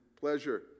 pleasure